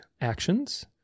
actions